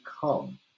come